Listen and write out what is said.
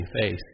Face